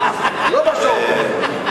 לא בשעות האלה.